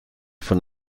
von